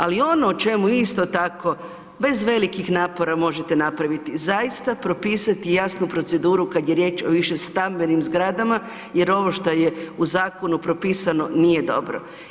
Ali, ono o čemu isto tako bez velikih napora možete napraviti zaista, propisati jasnu proceduru kad je riječ o višestambenim zgradama jer ovo što je u zakonu propisano, nije dobro.